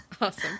Awesome